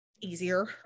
easier